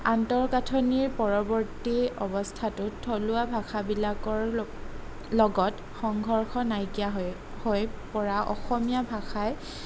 আন্তঃগাঁথনিৰ পৰৱৰ্তী অৱস্থাটোত থলুৱা ভাষাবিলাকৰ ল লগত সংঘৰ্ষ নাইকিয়া হয় হৈ পৰা অসমীয়া ভাষাই